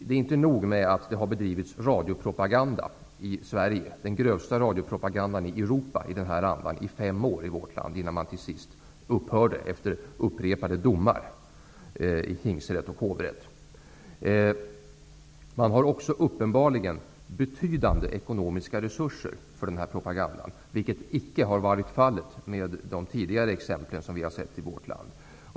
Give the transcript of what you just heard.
Det är inte nog med att det har bedrivits radiopropaganda i Sverige -- den grövsta radiopropagandan i Europa i den här andan -- i fem år innan man till sist upphörde efter upprepade domar i tingsrätt och hovrätt. Man har också uppenbarligen betydande ekonomiska resurser för den här propagandan, vilket icke har varit fallet med de tidigare exempel som vi har sett i vårt land.